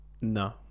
No